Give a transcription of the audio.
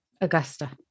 Augusta